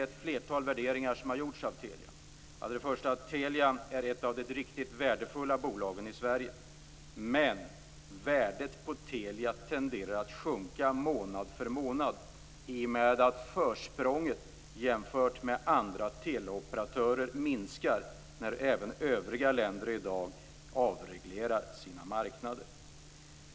Ett flertal värderingar har gjorts av Telia. Telia är ett av de riktigt värdefulla bolagen i Sverige. Men värdet på Telia tenderar att sjunka månad för månad i och med att försprånget jämfört med andra teleoperatörer minskar när även övriga länder i dag avreglerar sina marknader.